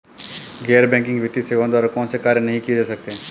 गैर बैंकिंग वित्तीय सेवाओं द्वारा कौनसे कार्य नहीं किए जा सकते हैं?